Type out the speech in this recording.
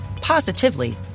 positively